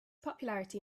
popularity